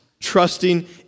Trusting